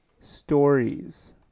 stories